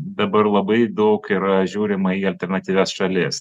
dabar labai daug yra žiūrima į alternatyvias šalis